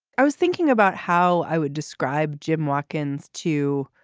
i was thinking about how i would describe jim watkins to.